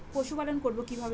পশুপালন করব কিভাবে?